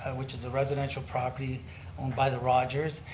which is a residential property owned by the rogers.